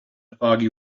foggy